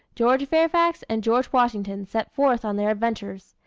george fairfax and george washington set forth on their adventures.